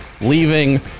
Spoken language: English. leaving